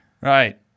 Right